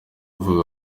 navuga